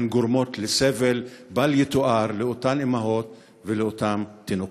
והן גורמות לסבל בל-יתואר לאותן אימהות ולאותם תינוקות.